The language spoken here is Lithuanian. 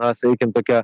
na sakykim tokia